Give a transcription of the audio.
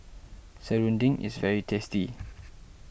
Serunding is very tasty